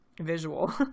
visual